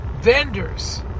vendors